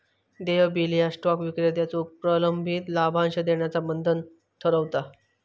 देय बिल ह्या स्टॉक विक्रेत्याचो प्रलंबित लाभांश देण्याचा बंधन ठरवता